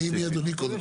מי אדוני?